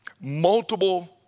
Multiple